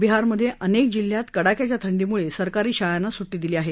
बिहारमधे अनेक जिल्ह्यात कडाक्याच्या थंडीमुळे सरकारी शाळांना सुट् ी दिली आहे